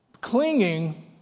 clinging